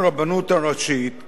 שהם חלים היום,